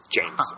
James